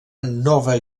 nova